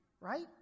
right